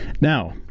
Now